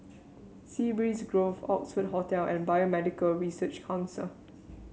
Sea Breeze Grove Oxford Hotel and Biomedical Research Council